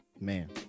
Man